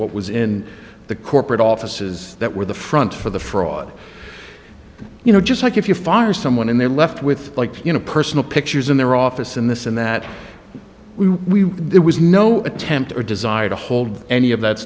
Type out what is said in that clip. what was in the corporate offices that were the front for the fraud you know just like if you fire someone and they're left with like you know personal pictures in their office and this and that we there was no attempt or desire to hold any of that